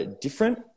different